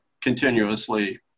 continuously